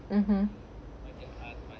(uh huh)